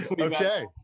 Okay